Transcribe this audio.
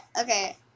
Okay